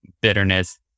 bitterness